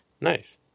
nice